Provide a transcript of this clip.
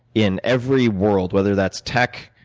in every world, whether that's tech,